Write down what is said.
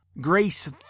grace